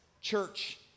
Church